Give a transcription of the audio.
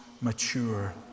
mature